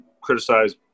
criticize